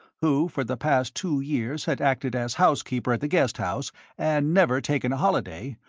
who for the past two years had acted as housekeeper at the guest house and never taken a holiday,